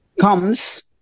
comes